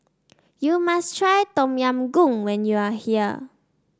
you must try Tom Yam Goong when you are here